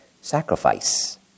sacrifice